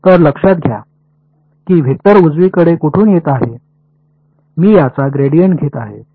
तर लक्षात घ्या की वेक्टर उजवीकडे कुठून येत आहेत मी याचा ग्रेडियंट घेत आहे